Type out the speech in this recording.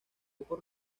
por